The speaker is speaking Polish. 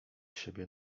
siebie